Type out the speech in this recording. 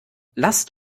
lasst